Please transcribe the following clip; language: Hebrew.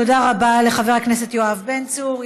תודה רבה לחבר הכנסת יואב בן צור.